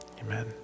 Amen